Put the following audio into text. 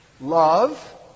Love